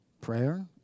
Prayer